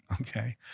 okay